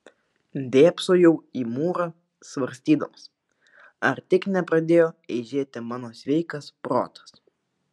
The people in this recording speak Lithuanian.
dėbsojau į mūrą svarstydamas ar tik nepradėjo eižėti mano sveikas protas